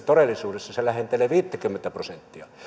todellisuudessa se lähentelee viittäkymmentä prosenttia